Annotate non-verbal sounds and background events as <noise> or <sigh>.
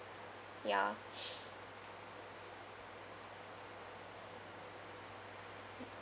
ya <noise>